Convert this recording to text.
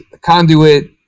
Conduit